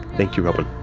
thank you robyn.